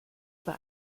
über